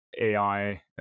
AI